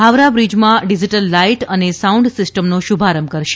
હાવરા બ્રિજમાં digital light અને sound સિસ્ટમનો શુંભારભ કરશે